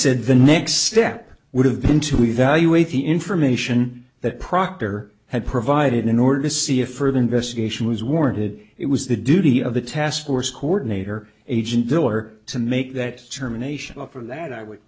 said the next step would have been to evaluate the information that proctor had provided in order to see if further investigation was warranted it was the duty of the task force coordinator agent diller to make that determination up from that i would